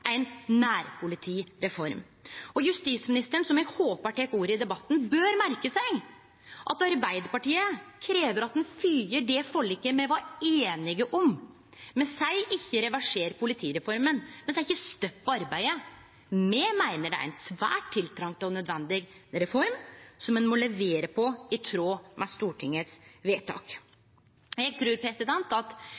nærpolitireform. Og justisministeren, som eg håpar tek ordet i debatten, bør merke seg at Arbeidarpartiet krev at han fylgjer opp det forliket me var einige om. Me seier ikkje at ein skal reversere politireforma, og me seier ikkje at ein skal stoppe arbeidet, for me meiner det er ei svært tiltrengd og nødvendig reform som ein må levere på i tråd med Stortingets